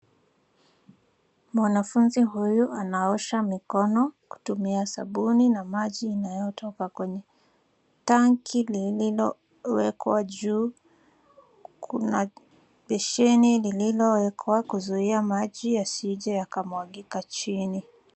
Mwanafunzi huyu anaosha mikono kutumia sabuni na maji inayotoka kwenye tanki lililowekwa juu. Kuna beseni lililowekwa kuzuia maji yasije yakamwagika chini.